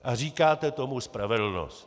A říkáte tomu spravedlnost.